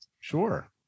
Sure